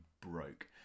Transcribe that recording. broke